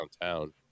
downtown